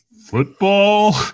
football